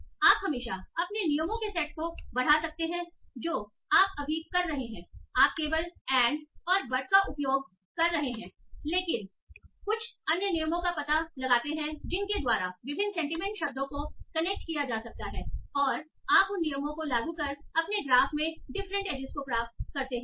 और आप हमेशा अपने नियमों के सेट को बढ़ा सकते हैं जो आप अभी कर रहे हैं आप केवल एंड और बट का उपयोग कर रहे हैं लेकिन आप कुछ अन्य नियमों का पता लगाते हैं जिनके द्वारा विभिन्न सेंटीमेंट शब्दों को कनेक्ट किया जा सकता है और आप उन नियमों को लागू कर अपने ग्राफ़ में डिफरेंट एजइस को प्राप्त करते हैं